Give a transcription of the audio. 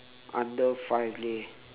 under five leh